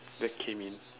that came in